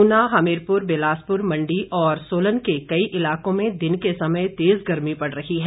ऊना हमीरपुर बिलासपुर मंडी और सोलन के कई इलाकों में दिन के समय तेज गर्मी पड़ रही है